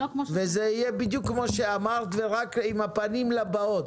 זה יהיה בדיוק כפי שאמרת, רק עם הפנים לבאות.